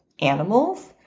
animals